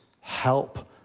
help